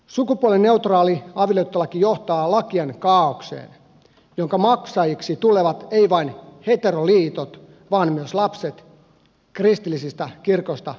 sukupuolineutraali avioliittolaki johtaa lakien kaaokseen jonka maksajiksi tulevat eivät vain heteroliitot vaan myös lapset kristillisestä kirkosta puhumattakaan